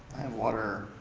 water.